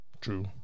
True